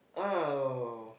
ah oh